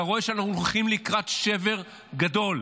אתה רואה שאנחנו הולכים לקראת שבר גדול.